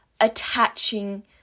attaching